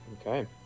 okay